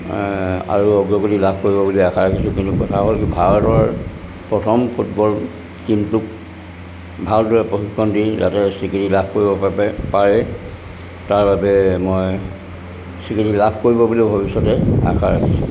আৰু অগ্ৰগতি লাভ কৰিব বুলি আশা ৰাখিছোঁ কিন্তু কথা হ'ল কি ভাৰতৰ প্ৰথম ফুটবল টীমটোক ভাল দৰে প্ৰশিক্ষণ দি যাতে স্বীকৃতি লাভ কৰিব বাবে পাৰে তাৰ বাবে মই স্বীকৃতি লাভ কৰিব বুলি ভৱিষ্যতে আশা ৰাখিছোঁ